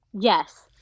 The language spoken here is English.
Yes